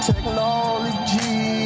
Technology